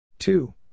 Two